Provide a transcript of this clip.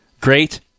great